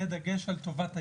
בדגש על טובת הילד,